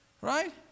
Right